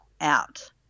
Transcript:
out